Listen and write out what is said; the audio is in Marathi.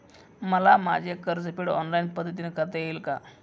मला माझे कर्जफेड ऑनलाइन पद्धतीने करता येईल का?